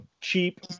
cheap